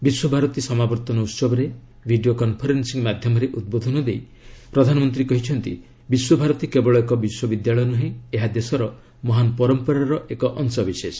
ବିଶ୍ୱଭାରତୀ ସମାବର୍ତ୍ତନ ଉତ୍ସବରେ video conferencing ମାଧ୍ୟମରେ ଉଦ୍ବୋଧନ ଦେଇ ପ୍ରଧାନମନ୍ତ୍ରୀ କହିଛନ୍ତି ବିଶ୍ୱଭାରତୀ କେବଳ ଏକ ବିଶ୍ୱବିଦ୍ୟାଳୟ ନୁହେଁ ଏହା ଦେଶର ମହାନ ପରମ୍ପରାର ଏକ ଅଂଶବିଶେଷ